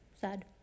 Sad